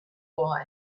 wii